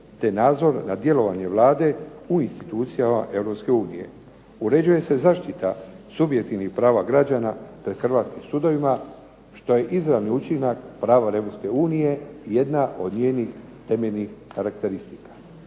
te nadzor nad djelovanjem Vlade u institucijama Europske unije. Uređuje se zaštita subjektivnih prava građana pred hrvatskim sudovima što je izravni učinak prava Europske unije jedna od njenih temeljnih karakteristika.